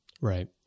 Right